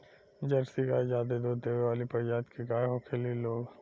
Jersey गाय ज्यादे दूध देवे वाली प्रजाति के गाय होखेली लोग